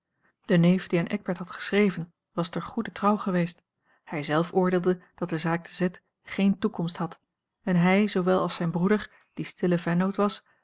de neef die aan eckbert had geschreven was ter goeder trouw geweest hij zelf oordeelde dat de zaak te z geen toekomst had en hij zoowel als zijn broeder die stille vennoot was